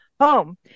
home